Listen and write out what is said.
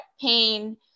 Pain